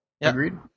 Agreed